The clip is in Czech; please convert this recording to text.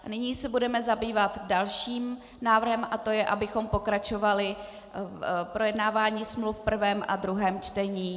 Nyní se budeme zabývat dalším návrhem a to je, abychom pokračovali v projednávání smluv v prvém a druhém čtení.